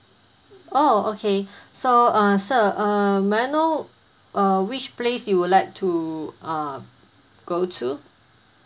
oh okay so uh sir err may I know uh which place you would like to uh go to